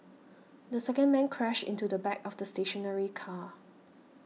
the second man crashed into the back of the stationary car